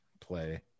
play